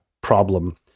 problem